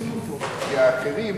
כי האחרים,